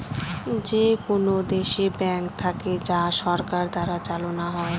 যেকোনো দেশে ব্যাঙ্ক থাকে যা সরকার দ্বারা চালানো হয়